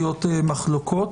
מחלוקות.